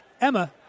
Emma